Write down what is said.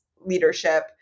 leadership